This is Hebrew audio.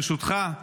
ברשותך,